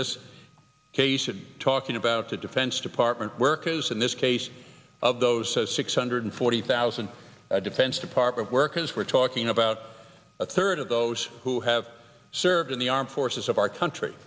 this case and talking about the defense department workers in this case of those six hundred forty thousand defense department workers we're talking about a third of those who have served in the armed forces of our country